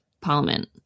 Parliament